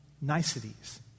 niceties